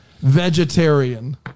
vegetarian